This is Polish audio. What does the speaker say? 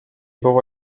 było